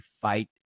fight